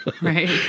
Right